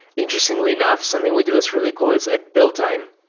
interestingly enough, something we do that's really cool is at build time,